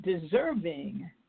deserving